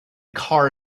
car